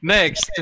Next